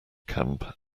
camp